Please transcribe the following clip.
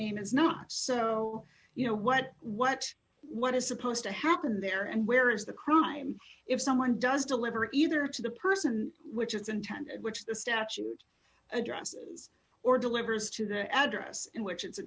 name is not so you know what what what is supposed to happen there and where is the crime if someone does deliver either to the person which is intended which the statute addresses or delivers to the address in which it's a